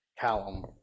Callum